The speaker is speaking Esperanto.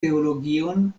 teologion